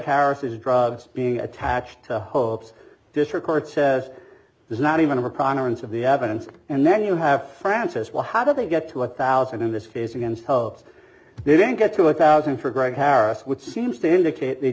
heritage drugs being attached to hopes this record says there's not even a promise of the evidence and then you have francis well how do they get to a thousand in this case against hope they didn't get to a thousand for greg harris which seems to indicate th